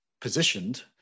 positioned